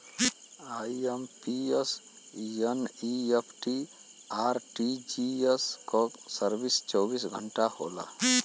IMPS, NEFT, RTGS क service चौबीस घंटा होला